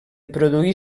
produir